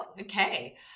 okay